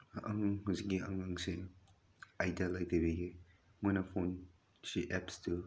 ꯍꯧꯖꯤꯛꯀꯤ ꯑꯉꯥꯡꯁꯦ ꯑꯥꯏꯗꯦꯜ ꯑꯣꯏꯗꯕꯒꯤ ꯃꯣꯏꯅ ꯐꯣꯟꯁꯦ ꯑꯦꯞꯁꯇꯨ